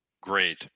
Great